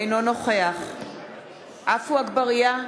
אינו נוכח עפו אגבאריה,